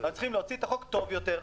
רק צריכים להוציא את החוק טוב יותר.